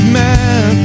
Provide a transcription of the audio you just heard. man